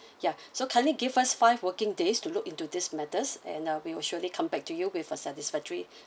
ya so kindly give us five working days to look into this matters and uh we will surely come back to you with a satisfactory